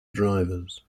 drivers